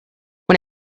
when